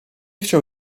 chciał